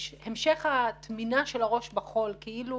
המשך הטמינה של הראש בחול כאילו